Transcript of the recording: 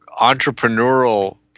entrepreneurial